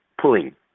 pulling